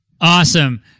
Awesome